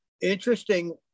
Interesting